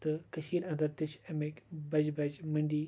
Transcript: تہٕ کٔشیٖرِ انٛدر تہِ چھِ اَمِکۍ بَجہِ بَجہِ مٔنٛڈی